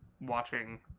watching